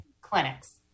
clinics